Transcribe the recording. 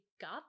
got